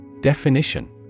Definition